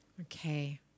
Okay